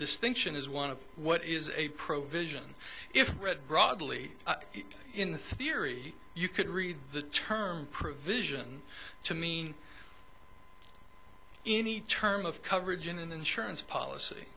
distinction is one of what is a prob vision if read broadly in the theory you could read the term prove vision to mean any term of coverage in an insurance policy